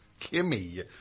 Kimmy